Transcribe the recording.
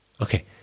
Okay